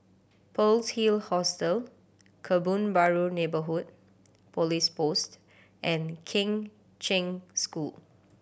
Pearl's Hill Hostel Kebun Baru Neighbourhood Police Post and Kheng Cheng School